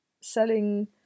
selling